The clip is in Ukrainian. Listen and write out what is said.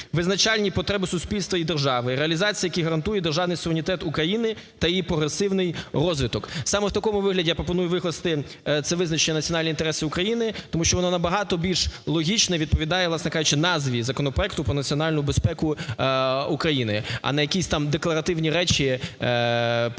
визначальні потреби суспільства і держави, реалізацію яких гарантує державний суверенітет України та її прогресивний розвиток. Саме в такому вигляді я пропоную викласти це визначення національних інтересів України, тому що воно набагато більш логічно відповідає, власне кажучи, назві законопроекту "Про національну безпеку України", а не якісь там декларативні речі про